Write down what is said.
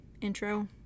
intro